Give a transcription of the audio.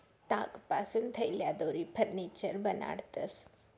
तागपासून थैल्या, दोरी, फर्निचर बनाडतंस